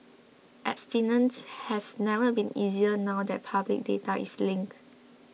abstinence has never been easier now that public data is linked